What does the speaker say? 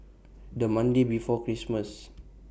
The Monday before Christmas